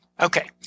Okay